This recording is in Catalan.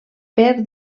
per